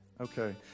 okay